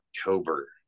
october